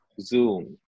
Zoom